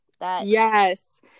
Yes